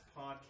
podcast